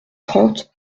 trente